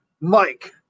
Mike